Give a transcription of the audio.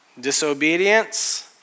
Disobedience